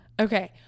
Okay